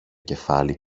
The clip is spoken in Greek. κεφάλι